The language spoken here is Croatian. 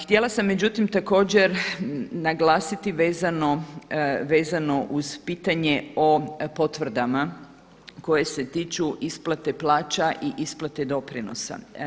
Htjela sam međutim također naglasiti vezano uz pitanje o potvrdama koje se tiču isplate plaća i isplate doprinosa.